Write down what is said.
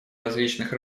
различных